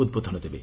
ଉଦ୍ବୋଧନ ଦେବେ